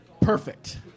Perfect